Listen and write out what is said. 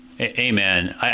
Amen